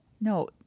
No